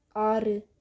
ஆறு